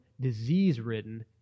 disease-ridden